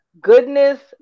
Goodness